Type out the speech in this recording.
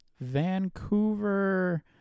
Vancouver